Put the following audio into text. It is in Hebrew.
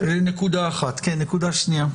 נקודה שנייה.